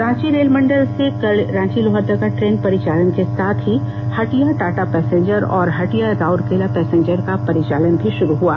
Ranchi rail मंडल से कल रांची लोहरदगा ट्रेन परिचालन के साथ हटिया टाटा पैसेंजर और हटिया राउरकेला पैसेंजर का परिचालन भी भा़रू हुआ